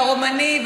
הרומני,